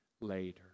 later